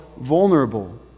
vulnerable